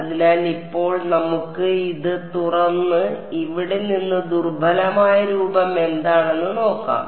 അതിനാൽ ഇപ്പോൾ നമുക്ക് ഇത് തുറന്ന് ഇവിടെ നിന്ന് ദുർബലമായ രൂപം എന്താണെന്ന് നോക്കാം